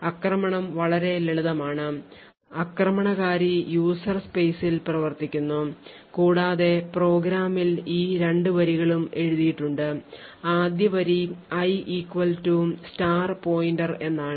ആക്രമണം വളരെ ലളിതമാണ് ആക്രമണകാരി user space ൽ പ്രവർത്തിക്കുന്നു കൂടാതെ പ്രോഗ്രാമിൽ ഈ രണ്ട് വരികളും എഴുതിയിട്ടുണ്ട് ആദ്യ വരി i pointer എന്നാണ്